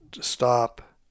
stop